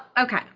Okay